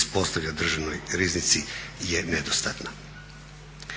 ispostavlja Državnoj riznici je nedostatna.